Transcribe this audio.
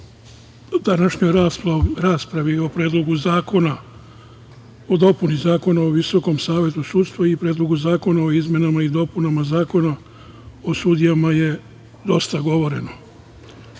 u današnjoj raspravi o Predlogu zakona o dopuni Zakona o Visokom savetu sudstva i Predlogu zakona o izmenama i dopunama Zakona o sudijama je dosta govoreno. Govoreno